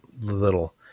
little